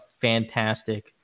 fantastic